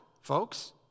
folks